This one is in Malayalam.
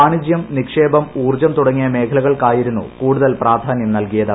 വാണിജ്യം നിക്ഷേപം ഊർജ്ജം തുടങ്ങിയ മേഖലകൾക്കായിരുന്നു കൂടുതൽ പ്രാധാന്യം നല്കിയത്